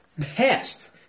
pest